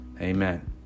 Amen